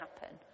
happen